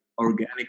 organic